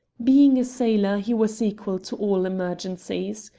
being a sailor he was equal to all emergencies.